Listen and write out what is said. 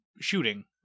shooting